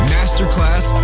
Masterclass